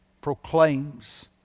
proclaims